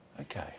okay